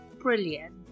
brilliant